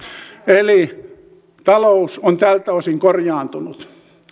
eli talous on tältä osin korjaantunut